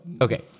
Okay